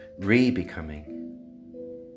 re-becoming